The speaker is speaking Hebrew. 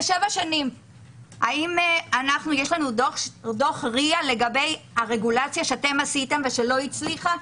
האם יש לנו דוח RIA לגבי הרגולציה שעשיתם ולא הצליחה?